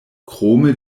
krome